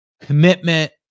commitment